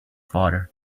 father